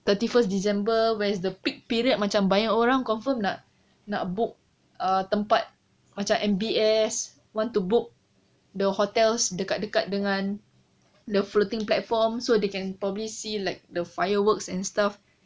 thirty first december where's the peak period macam banyak orang confirm nak nak book err tempat macam M_B_S want to book the hotels dekat dekat dengan the floating platform so they can probably see like the fireworks and stuff